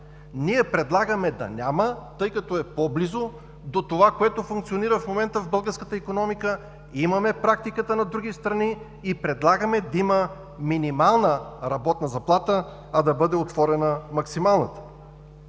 Ние предлагаме да няма, тъй като е по-близо до това, което функционира в момента в българската икономика. Имаме практиката на други страни и предлагаме да има минимална работна заплата, а да бъде отворена максималната.